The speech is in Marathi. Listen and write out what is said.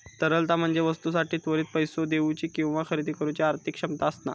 तरलता म्हणजे वस्तूंसाठी त्वरित पैसो देउची किंवा खरेदी करुची आर्थिक क्षमता असणा